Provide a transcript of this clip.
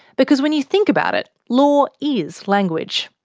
because when you think about it, law is language.